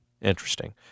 interesting